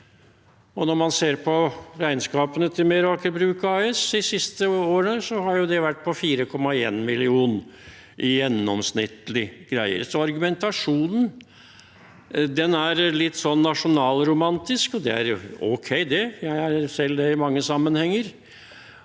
Og når man ser på regnskapene til Meraker Brug AS de siste årene, har de vært på 4,1 mill. kr i gjennomsnitt. Så argumentasjonen er litt sånn nasjonalromantisk, og det er ok, det – jeg er også det i mange sammenhenger.